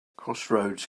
crossroads